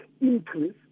increase